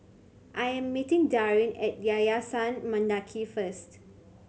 I am meeting Darin at Yayasan Mendaki first